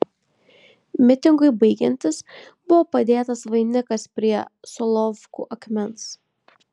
mitingui baigiantis buvo padėtas vainikas prie solovkų akmens